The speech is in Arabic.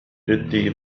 جدي